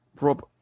Rob